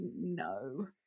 no